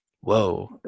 Whoa